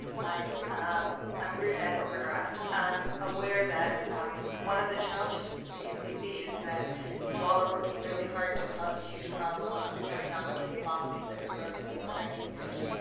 i'm, ah i'm and overdraft i'm aware that, um, one of the challenges for the cfpb is that you all are working really hard to solve a huge problem of economic inequality that's grown since the nineteen fifty s,